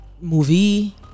movie